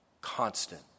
constant